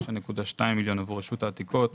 9.2 מיליון עבור רשות העתיקות.